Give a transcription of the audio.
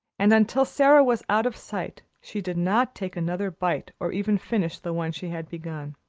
and until sara was out of sight she did not take another bite or even finish the one she had begun.